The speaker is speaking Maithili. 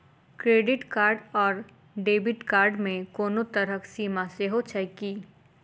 क्रेडिट कार्ड आओर डेबिट कार्ड मे कोनो तरहक सीमा सेहो छैक की?